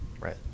Right